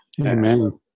Amen